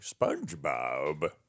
SpongeBob